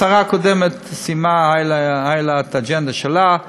לשרה הקודמת הייתה האג'נדה שלה,